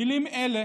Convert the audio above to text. מילים אלה